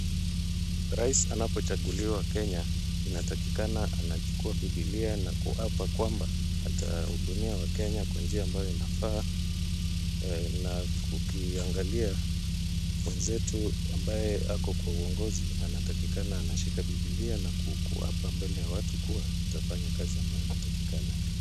Rais anapochaguliwa Kenya, inatakikana anachukua Bibilia na kuapa kwamba atahudumia wakenya kwa njia ambayo inafaa na ukiangalia mwenzetu ambaye ako kwa uongozi anatakikana anashika Bibilia na kuapa mbele ya watu kuwa atafanya kazi ambayo inatakikana.